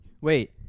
wait